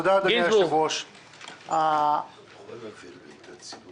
קודם אני מסיים עם חברי הכנסת.